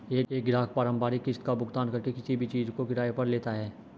एक ग्राहक प्रारंभिक किस्त का भुगतान करके किसी भी चीज़ को किराये पर लेता है